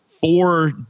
four